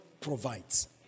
provides